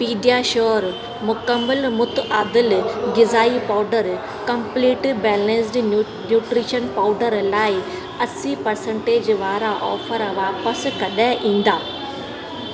PediaSure मुकमल मुतआदिल ग़िज़ाई powder complete balanced new nutrition powder लाइ असी पर्संटेज वारा ऑफर वापिसि कॾहिं ईंदा